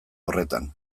horretan